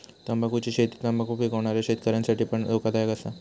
तंबाखुची शेती तंबाखु पिकवणाऱ्या शेतकऱ्यांसाठी पण धोकादायक असा